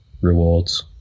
rewards